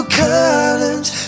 colors